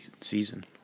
season